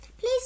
please